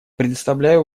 предоставляю